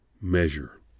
measure